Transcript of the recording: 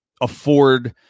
afford